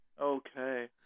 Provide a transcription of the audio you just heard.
Okay